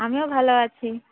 আমিও ভালো আছি